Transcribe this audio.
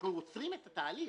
אנחנו עוצרים את התהליך.